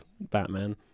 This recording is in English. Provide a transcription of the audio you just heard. Batman